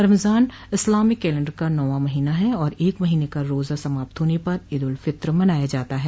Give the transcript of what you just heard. Ramzan Islamic calendar का नौवां महीना है और एक महीने का रोजा समाप्त होने पर ईद उल फित्र मनाया जाता है